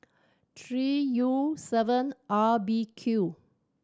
three U seven R B Q